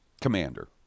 Commander